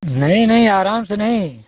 नहीं नहीं आराम से नहीं